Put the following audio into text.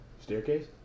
Staircase